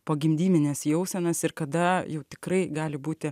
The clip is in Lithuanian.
pogimdymines jausenas ir kada jau tikrai gali būti